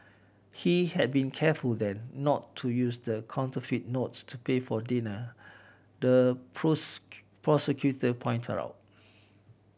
he had been careful then not to use the counterfeit notes to pay for dinner the prosecutor pointed out